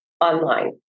Online